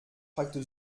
fragte